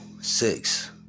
six